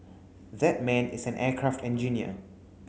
that man is an aircraft engineer